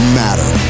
matter